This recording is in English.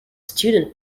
student